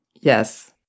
Yes